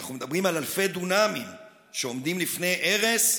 אנחנו מדברים על אלפי דונמים שעומדים בפני הרס,